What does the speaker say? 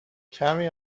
کمی